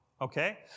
Okay